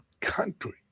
country